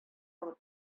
алып